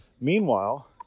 meanwhile